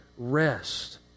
rest